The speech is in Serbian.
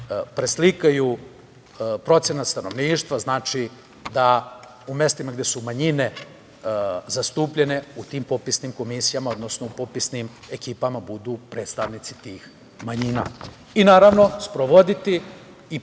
preslikaju procenat stanovništva, u mestima gde su manjine zastupljene u tim popisnim komisijama, odnosno popisnim ekipama budu predstavnici tih manjina. Naravno, sprovoditi i